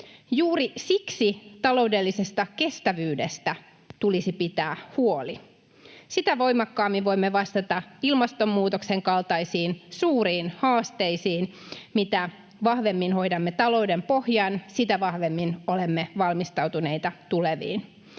Juuri siksi taloudellisesta kestävyydestä tulisi pitää huoli. Sitä voimakkaammin voimme vastata ilmastonmuutoksen kaltaisiin suuriin haasteisiin. Mitä vahvemmin hoidamme talouden pohjan, sitä vahvemmin olemme valmistautuneita tuleviin.